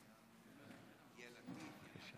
את המילים האלמותיות של שירו "מגש